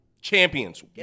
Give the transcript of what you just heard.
Champions